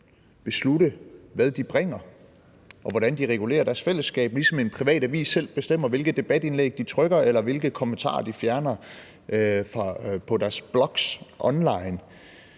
beslutte, hvad de bringer, og hvordan de regulerer deres fællesskab, ligesom en privat avis selv bestemmer, hvilke debatindlæg de trykker, og hvilke kommentarer de fjerner på deres blogs online.